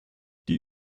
die